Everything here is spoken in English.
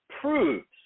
proves